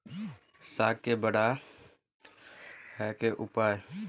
साग के बड़ा है के उपाय?